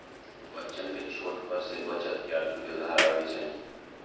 बच्चन के छोटे पर से बचत के आदत धरावे के चाही